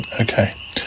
Okay